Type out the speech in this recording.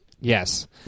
Yes